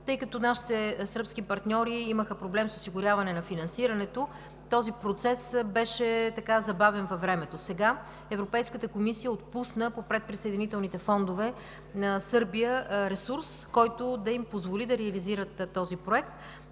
Тъй като нашите сръбски партньори имаха проблем с осигуряване на финансирането, този процес беше забавен във времето. Сега Европейската комисия отпусна по предприсъединителните фондове на Сърбия ресурс, който да им позволи да реализират този проект.